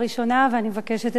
ואני מבקשת את התמיכה,